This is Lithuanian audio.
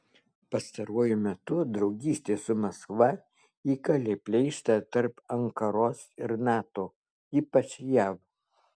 pastaruoju metu draugystė su maskva įkalė pleištą tarp ankaros ir nato ypač jav